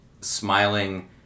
smiling